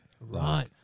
Right